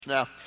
Now